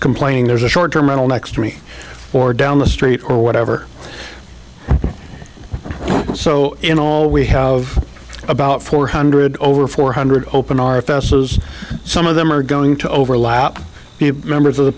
complaining there's a short terminal next to me or down the street or whatever so in all we have about four hundred over four hundred open are ephesus some of them are going to overlap members of the